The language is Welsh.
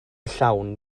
llawn